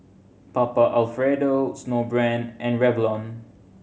Papa Alfredo Snowbrand and Revlon